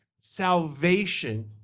salvation